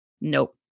Nope